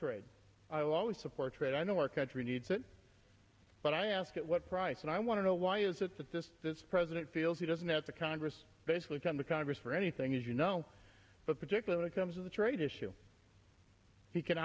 trade i will always support trade i know our country needs it but i ask at what price and i want to know why is it that this this president feels he doesn't have a congress basically come to congress for anything as you know but particularly comes with a trade issue he can